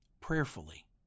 prayerfully